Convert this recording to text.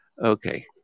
Okay